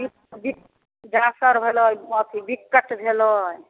जासर भेलै अथी बिक्कट भेलै